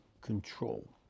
control